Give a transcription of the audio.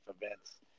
events